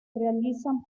realizan